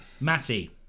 Matty